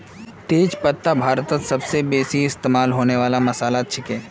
तेज पत्ता भारतत सबस बेसी इस्तमा होने वाला मसालात छिके